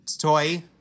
toy